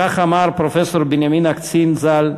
כך אמר פרופסור בנימין אקצין ז"ל,